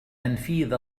تنفيذ